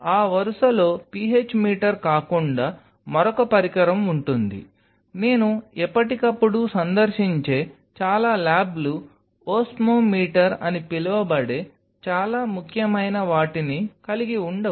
ఆ వరుసలో PH meter కాకుండా మరొక పరికరం ఉంటుంది నేను ఎప్పటికప్పుడు సందర్శించే చాలా ల్యాబ్లు ఓస్మోమీటర్ అని పిలువబడే చాలా ముఖ్యమైన వాటిని కలిగి ఉండవు